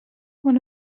one